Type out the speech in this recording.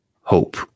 hope